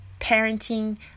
parenting